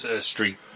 street